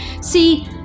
See